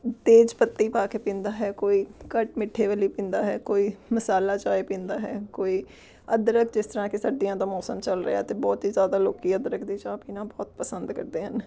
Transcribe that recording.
ਤੇਜ਼ ਪੱਤੀ ਪਾ ਕੇ ਪੀਂਦਾ ਹੈ ਕੋਈ ਘੱਟ ਮਿੱਠੇ ਵਾਲੀ ਪੀਂਦਾ ਹੈ ਕੋਈ ਮਸਾਲਾ ਚਾਏ ਪੀਂਦਾ ਹੈ ਕੋਈ ਅਦਰਕ ਜਿਸ ਤਰ੍ਹਾਂ ਕਿ ਸਰਦੀਆਂ ਦਾ ਮੌਸਮ ਚੱਲ ਰਿਹਾ ਏ ਅਤੇ ਬਹੁਤ ਹੀ ਜ਼ਿਆਦਾ ਲੋਕ ਅਦਰਕ ਦੀ ਚਾਹ ਪੀਣਾ ਬਹੁਤ ਪਸੰਦ ਕਰਦੇ ਹਨ